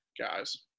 guys